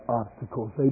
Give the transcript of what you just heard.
obstacles